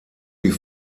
wie